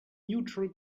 neutral